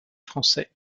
français